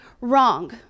wrong